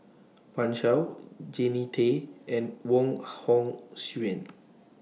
Pan Shou Jannie Tay and Wong Hong Suen